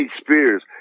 spears